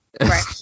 Right